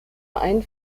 ein